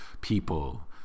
people